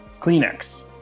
Kleenex